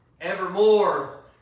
Evermore